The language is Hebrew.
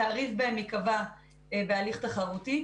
התעריף בהם ייקבע בהליך תחרותי,